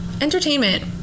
entertainment